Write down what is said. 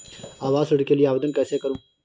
आवास ऋण के लिए आवेदन कैसे करुँ?